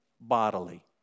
bodily